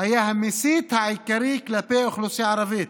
היה המסית העיקרי כלפי האוכלוסייה הערבית,